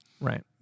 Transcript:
Right